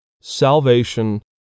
salvation